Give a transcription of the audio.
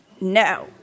No